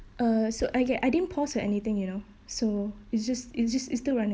uh so I get I didn't pause or anything you know so it's just it's just it's still running